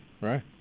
Right